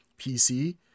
PC